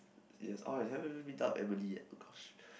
yes oh I haven't even meet up with Emily yet !oh gosh!